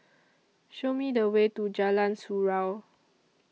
Show Me The Way to Jalan Surau